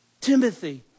Timothy